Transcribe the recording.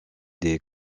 des